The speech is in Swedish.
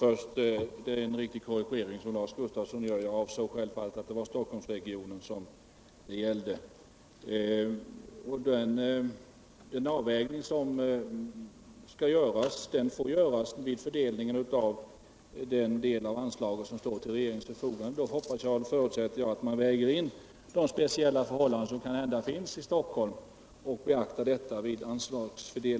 Herr talman! Avvägningen får göras vid fördelningen av den del av anslaget som står till regeringens förfogande. Då förutsätter jag också att man väger in de speciella förhållanden som kanske finns i Stockholm.